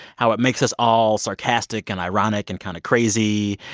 how it makes us all sarcastic and ironic and kind of crazy.